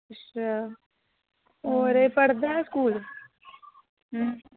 अच्छा होर एह् पढ़दा ऐ स्कूल